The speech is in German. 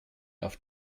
auf